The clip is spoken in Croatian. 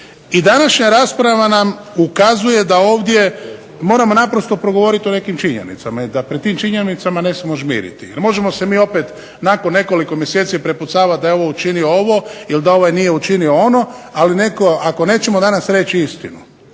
I današnja rasprava nam ukazuje da ovdje moramo progovoriti o nekim činjenicama, da pred tim činjenicama ne smijemo žmiriti. Možemo se mi opet nakon nekoliko mjeseci prepucavati da je ovaj učinio ovo, ili da ovaj nije učinio ono, ali ako danas nećemo reći istinu